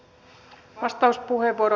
arvoisa puhemies